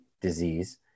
disease